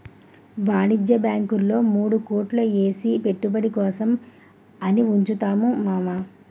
వాణిజ్య బాంకుల్లో మూడు కోట్లు ఏసి పెట్టుబడి కోసం అని ఉంచుతున్నాను మావా